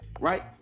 Right